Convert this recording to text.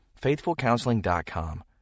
FaithfulCounseling.com